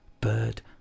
bird